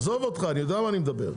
אני יודע מה אני אומר.